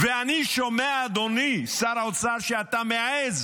ואני שומע, אדוני שר האוצר, שאתה מעז